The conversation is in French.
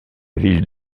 ville